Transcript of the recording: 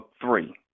three